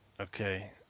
Okay